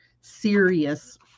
serious